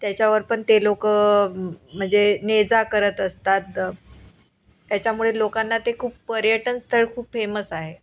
त्याच्यावर पण ते लोकं म्हणजे ने जा करत असतात याच्यामुळे लोकांना ते खूप पर्यटन स्थळ खूप फेमस आहे